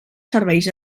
serveis